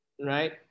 right